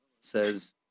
says